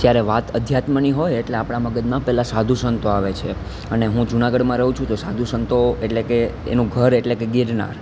જ્યારે વાત આધ્યાત્મની હોય એટલે આપણાં મગજમાં પહેલાં સાધુ સંતો આવે છે અને હું જુનાગઢમાં રહું છું તો સાધુ સંતો એટલે કે એનું ઘર એટલે કે ગિરનાર